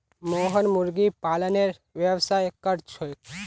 मोहन मुर्गी पालनेर व्यवसाय कर छेक